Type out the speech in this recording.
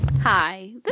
Hi